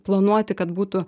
planuoti kad būtų